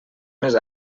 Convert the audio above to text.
més